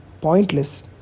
pointless